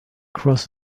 cross